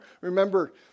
Remember